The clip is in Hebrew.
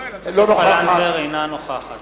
אינה נוכחת